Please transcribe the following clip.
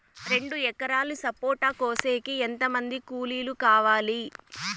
రెండు ఎకరాలు సపోట కోసేకి ఎంత మంది కూలీలు కావాలి?